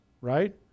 Right